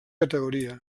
categoria